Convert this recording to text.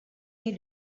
you